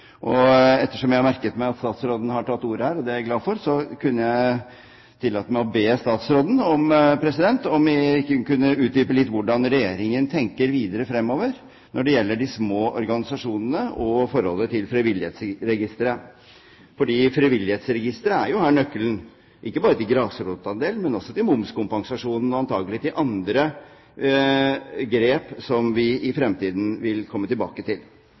Ettersom jeg har merket meg at statsråden har tatt ordet her – og det er jeg glad for – vil jeg tillate meg å be statsråden utdype litt hvordan Regjeringen tenker videre fremover når det gjelder de små organisasjonene og forholdet til Frivillighetsregisteret, fordi Frivillighetsregisteret jo er nøkkelen ikke bare til grasrotandelen, men også til momskompensasjonen og antakelig til andre grep som vi i fremtiden vil komme tilbake til.